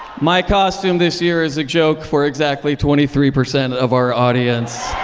my costume this year is a joke for exactly twenty three percent of our audience.